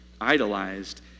idolized